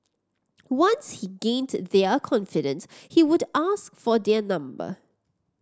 once he gained their confidence he would ask for their number